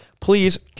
please